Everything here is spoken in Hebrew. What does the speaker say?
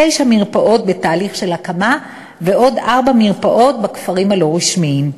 תשע מרפאות בתהליך של הקמה ועוד ארבע מרפאות בכפרים הלא-רשמיים.